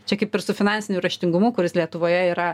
čia kaip ir su finansiniu raštingumu kuris lietuvoje yra